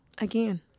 again